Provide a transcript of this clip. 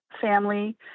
family